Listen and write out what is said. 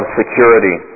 security